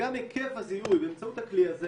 וגם היקף הזיהוי באמצעות הכלי הזה